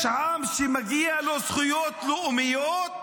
יש עם שמגיעות לו זכויות לאומיות,